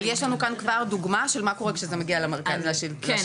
אבל יש לנו כאן דוגמא של מה קורה שזה מגיע למרכז של השלטון המקומי.